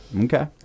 Okay